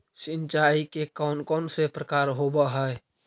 सिंचाई के कौन कौन से प्रकार होब्है?